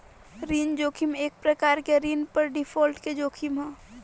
ऋण जोखिम एक प्रकार के ऋण पर डिफॉल्ट के जोखिम ह